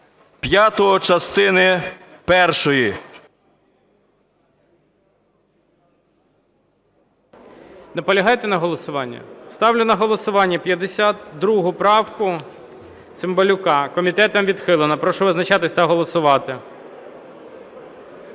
пункту 5 частини першої. ГОЛОВУЮЧИЙ. Наполягаєте на голосуванні? Ставлю на голосування 52 правку Цимбалюка. Комітетом відхилена. Прошу визначатись та голосувати.